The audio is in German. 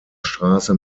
straße